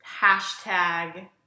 hashtag